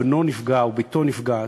בנו נפגע או בתו נפגעת.